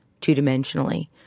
two-dimensionally